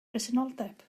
presenoldeb